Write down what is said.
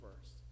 first